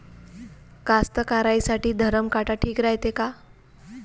कास्तकाराइसाठी धरम काटा ठीक रायते का?